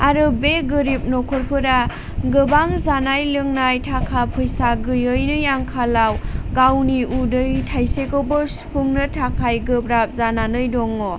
आरो बे गोरिब न'खरफोरा गोबां जानाय लोंनाय थाखा फैसा गैयैनि आंखालाव गावनि उदै थाइसेखौबो सुफुंनो थाखाय गोब्राब जानानै दङ